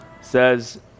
says